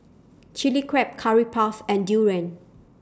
Chilli Crab Curry Puff and Durian